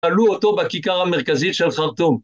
‫תלו אותו בכיכר המרכזית של חרטום.